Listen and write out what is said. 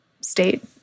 state